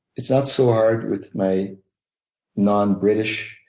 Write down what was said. it's not so hard with my non british,